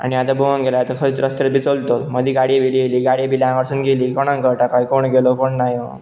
आनी आतां पळोवंक गेल्यार आतां खंयच रस्त्यार बी चलतलो मदीं गाडी व्हेली येयली गाडी बीडी आंगासून गेयली कोणाक कळटा काय कोण गेलो कोण ना येवंक